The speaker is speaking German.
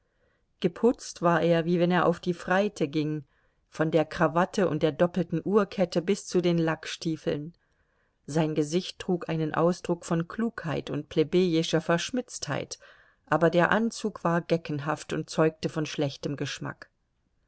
geputzt war er wie wenn er auf die freite ging von der krawatte und der doppelten uhrkette bis zu den lackstiefeln sein gesicht trug einen ausdruck von klugheit und plebejischer verschmitztheit aber der anzug war geckenhaft und zeugte von schlechtem geschmack